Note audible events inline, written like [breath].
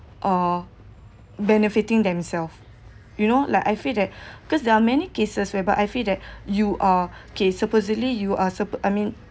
uh benefiting themselves you know like I feel that [breath] because there are many cases whereby I feel that [breath] you are [breath] okay supposedly you are suppo~ I mean